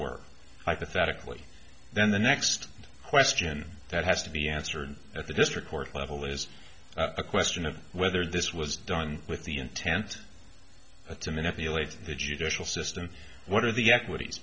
were hypothetically then the next question that has to be answered at the district court level is a question of whether this was done with the intent to manipulate the judicial system what are the equities